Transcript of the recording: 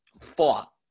fought